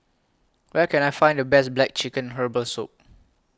Where Can I Find The Best Black Chicken Herbal Soup